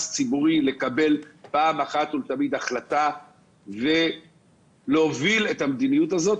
ציבורי לקבל פעם אחת ולתמיד החלטה ולהוביל את המדיניות הזאת,